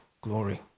Glory